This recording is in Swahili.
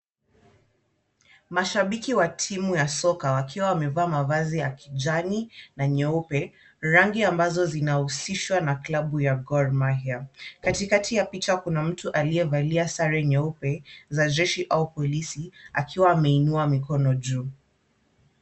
Mashabiki wa timu ya soka wakiwa wamevaa mavazi ya kijani na nyeupe, rangi ambazo zinahusishwa na klabu ya Gor maiah. Katikakati ya picha kuna mtu aliyevalia sare nyeupe ya jeshi au polisi akiwa ameinua mikono juu.